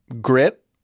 grit